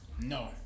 No